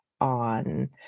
on